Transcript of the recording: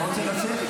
אתה רוצה לצאת?